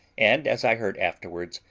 and, as i heard afterwards,